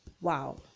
Wow